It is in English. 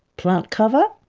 plant cover,